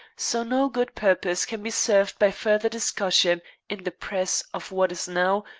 so no good purpose can be served by further discussion in the press of what is now,